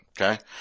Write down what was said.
okay